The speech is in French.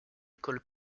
école